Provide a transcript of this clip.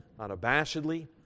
unabashedly